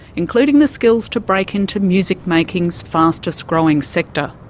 including the skills to break into music-making's fastest growing sector.